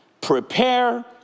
prepare